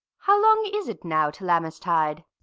how long is it now to lammas-tide?